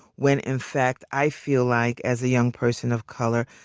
when in fact i feel like, as a young person of color,